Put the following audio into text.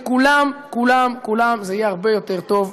לכולם זה יהיה הרבה יותר טוב.